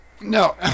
No